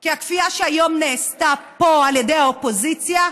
כי הכפייה שהיום נעשתה פה על ידי האופוזיציה,